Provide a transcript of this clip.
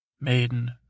Maiden